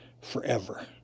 forever